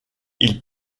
ils